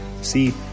See